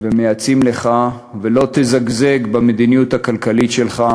ומייעצים לך, ולא תזגזג במדיניות הכלכלית שלך,